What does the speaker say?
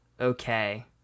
okay